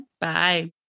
Bye